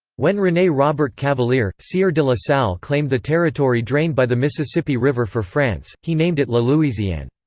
when rene-robert cavelier, sieur de la salle claimed the territory drained by the mississippi river for france, he named it la louisiane.